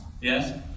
Yes